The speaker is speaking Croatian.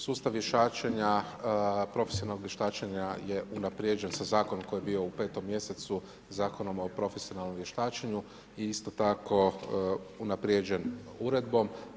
Sustav vještačenja, profesionalnog vještačenja je unaprijeđen sa zakonom koji je bio u 5. mjesecu Zakonom o profesionalnom vještačenju i isto tako unaprijeđen uredbom.